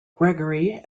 gregory